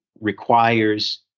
requires